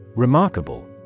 Remarkable